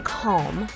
calm